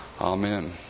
Amen